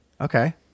Okay